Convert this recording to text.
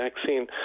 vaccine